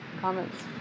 Comments